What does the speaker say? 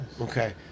Okay